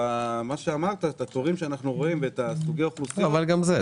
במה שאמרת לגבי התורים שאנחנו רואים וסוג האוכלוסין --- אבל גם זה.